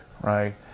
right